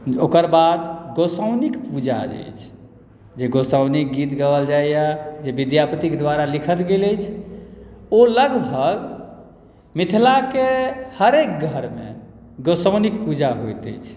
ओकर बाद गोसाउनिक पूजा जे अछि जे गोसाउनि गीत गाओल जाइए जे विद्यापतिके द्वारा लिखल गेल अछि ओ लगभग मिथिलाके हरेक घरमे गोसाउनिक पूजा होइत अछि